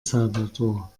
salvador